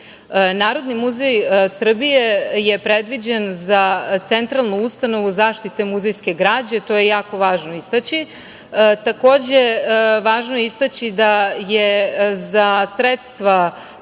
muzeja. Narodni muzej Srbije je predviđen za centralnu ustanovu zaštite muzejske građe, što je jako važno istaći. Takođe, važno je istaći da je za sredstva